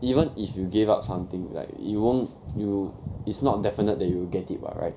even if you gave up something like it won't it will it's not definite that you will get it what right